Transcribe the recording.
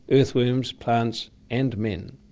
earthworms, plants and men.